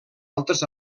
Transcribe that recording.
altres